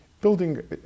building